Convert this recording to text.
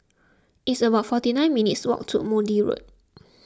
it's about forty nine minutes' walk to Maude Road